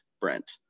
Brent